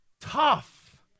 Tough